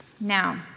Now